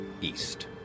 east